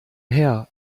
herr